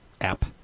app